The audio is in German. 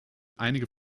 einige